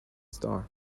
star